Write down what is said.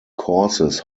courses